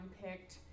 picked